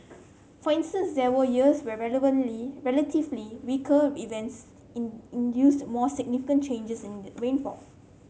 for instance there were years where relevantly relatively weaker events induced more significant changes in rainfall